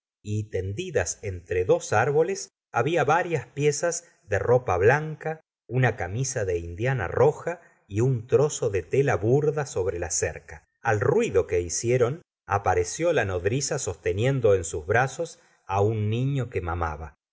y tendidas entre dos árboles había varias piezas de ropa blanca una camisa de indiana roja y un trozo de tela burda sobre la cerca al ruido que hicieron apareció la nodriza sosteniendo en sus brazos un niño que mamaba